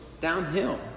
downhill